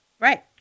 Right